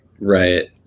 right